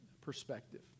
perspective